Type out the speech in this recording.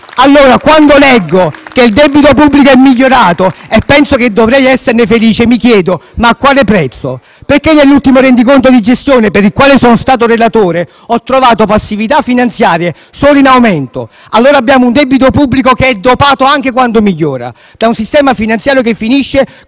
M5S)*. Quando leggo che il debito pubblico è migliorato e dovrei esserne felice, mi chiedo: a quale prezzo? Nell'ultimo rendiconto di gestione, per il quale sono stato relatore, ho trovato passività finanziarie solo in aumento. Abbiamo un debito pubblico che è dopato anche quando migliora da un sistema finanziario che finisce